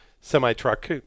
semi-truck